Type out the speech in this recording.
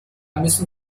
müssen